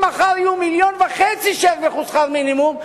אם מחר יהיו 1.5 מיליון שירוויחו שכר מינימום,